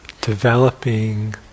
developing